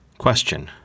Question